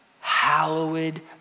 hallowed